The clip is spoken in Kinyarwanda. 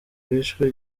bishwe